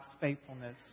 faithfulness